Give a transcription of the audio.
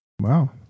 Wow